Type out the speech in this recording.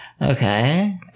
Okay